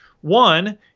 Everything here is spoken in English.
One